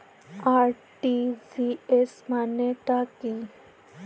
RTGS মানে টা কি?